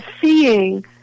seeing